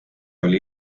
oli